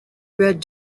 read